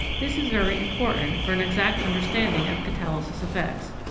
this is very important for an exact understanding of catalysis effects.